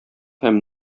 һәм